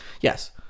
Yes